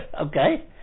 Okay